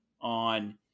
on